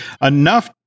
enough